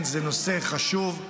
זה נושא חשוב,